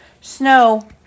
Snow